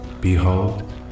Behold